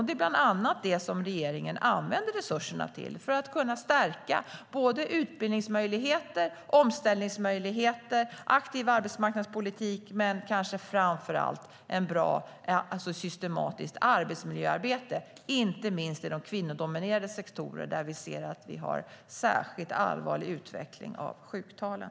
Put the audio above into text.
Det är bland annat det som regeringen använder resurserna till, det vill säga för att stärka utbildningsmöjligheter, omställningsmöjligheter och aktiv arbetsmarknadspolitik men kanske framför allt ett bra och systematiskt arbetsmiljöarbete, inte minst i de kvinnodominerade sektorer där vi ser att vi har en särskilt allvarlig utveckling av sjuktalen.